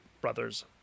brothers